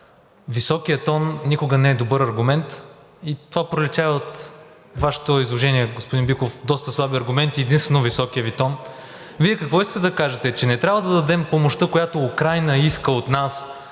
„Високият тон никога не е добър аргумент.“ Това пролича и от Вашето изложение, господин Биков – доста слаби аргументи, единствено високият Ви тон. Вие какво искате да кажете – че не трябва да дадем помощта, която Украйна иска от нас,